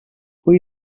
fue